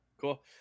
Cool